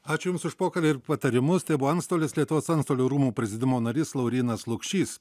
ačiū jums už pokalbį ir patarimus tai buvo antstolis lietuvos antstolių rūmų prezidiumo narys laurynas lukšys